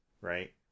Right